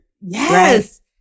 Yes